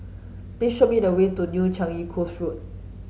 please show me the way to New Changi Coast Road